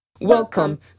Welcome